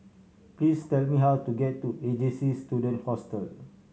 please tell me how to get to A J C Student Hostel